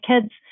kids